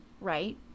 right